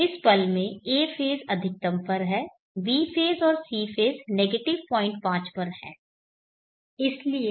इस पल में a फेज़ अधिकतम पर है b फेज़ और c फेज़ नेगेटिव 05 पर हैं